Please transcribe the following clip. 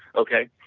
okay?